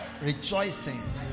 rejoicing